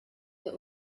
der